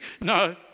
No